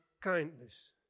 Kindness